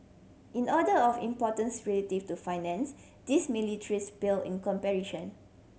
in order of importance relative to Finance these ministries pale in comparison